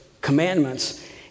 commandments